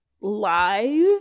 live